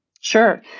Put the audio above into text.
Sure